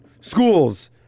schools